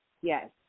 Yes